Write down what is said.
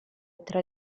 tra